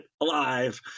alive